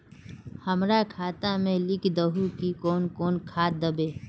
हमरा खाता में लिख दहु की कौन कौन खाद दबे?